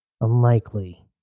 unlikely